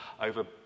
over